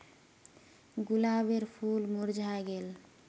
गुलाबेर फूल मुर्झाए गेल